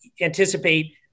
anticipate